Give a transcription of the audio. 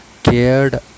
cared